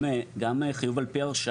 גם חיוב על פי הרשאה,